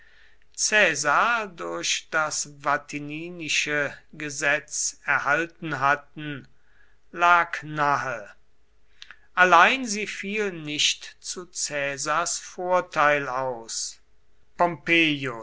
durch das vatinische gesetz erhalten hatten lag nahe allein sie fiel nicht zu caesars vorteil aus